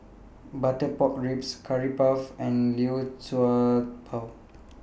Butter Pork Ribs Curry Puff and Liu Sha Bao